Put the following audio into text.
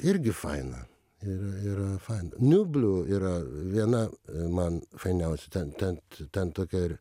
irgi faina ir yra fain nublu yra viena man fainiausių ten tent ten tokia ir